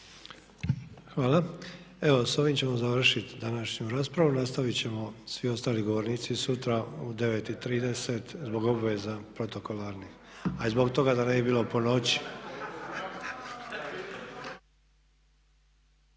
Hvala. Evo, s ovim ćemo završiti današnju raspravu. Nastavit ćemo svi ostali govornici sutra u 9,30 zbog obveza protokolarnih a i zbog toga da ne bi bilo ponoći.